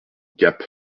gap